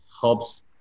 helps